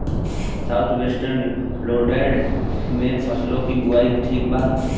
South western lowland में फसलों की बुवाई ठीक बा?